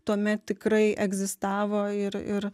tuomet tikrai egzistavo ir ir